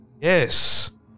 yes